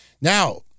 now